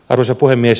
arvoisa puhemies